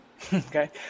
Okay